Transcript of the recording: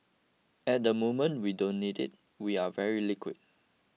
at the moment we don't need it we are very liquid